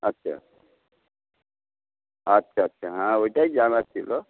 আচ্ছা আচ্ছা আচ্ছা হ্যাঁ ওইটাই জানার ছিল